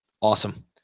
Awesome